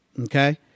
okay